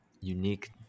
unique